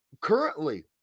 Currently